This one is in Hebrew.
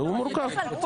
והוא מורכב.